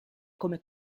come